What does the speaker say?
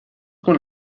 con